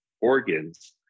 organs